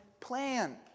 plan